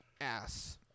ass